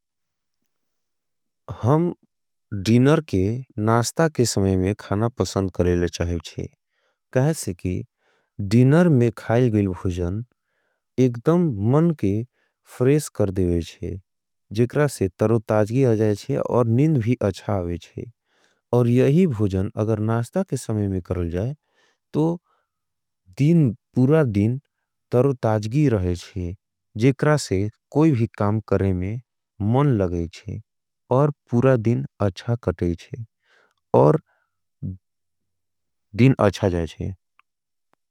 हम डीनर के नास्ता के समय में खाना पसंद करे ले चाहें चे। कहेंसे की डीनर में खाये गईल भुजन एकडम मन के फ्रेश कर देवें चे। जेकरा से तरोताज़गी आजाएचे और निन्द भी अच्छा आओएचे। और यही भुजन अगर नास्ता के समय में करल जाए तो पूरा दिन तरोताज़गी रहेचे। जेकरा से कोई भी काम करे में मन लगेचे और पूरा दिन अच्छा कटेचे और दिन अच्छा जाएचे।